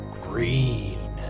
Green